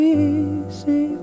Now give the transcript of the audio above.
easy